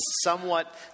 somewhat